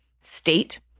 state